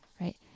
right